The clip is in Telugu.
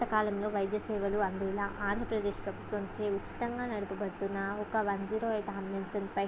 సకాలంలో వైద్య సేవలు అందేలా ఆంధ్రప్రదేశ్ ప్రభుత్వంచే ఉచితంగా నడపబడుతున్న ఒక వన్ జీరో ఎయిట్ అంబులెన్స్పై